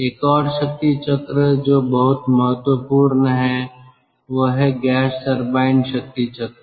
एक और शक्ति चक्र जो बहुत महत्वपूर्ण है वह है गैस टरबाइन शक्ति चक्र